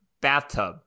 bathtub